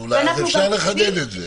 אז אפשר לחדד את זה.